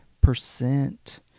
percent